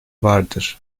vardır